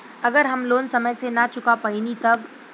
अगर हम लोन समय से ना चुका पैनी तब?